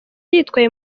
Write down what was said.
yitwaye